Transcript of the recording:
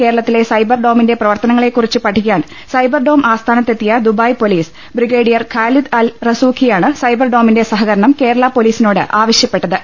കേരളത്തിലെ സൈബർ ഡോമിന്റെ പ്രവർത്തനങ്ങളെ കുറിച്ച് പഠിക്കാൻ സൈബർ ഡോം ആസ്ഥാനത്ത് എത്തിയ Dubai police brigadier Khalid Al റസൂഖിയാണ് സൈബർ ഡോമിന്റെ സഹകരണം കേരള പൊലീസിനോട് ആവശ്യപ്പെട്ടത്